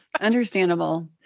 understandable